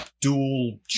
dual